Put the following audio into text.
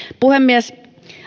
puhemies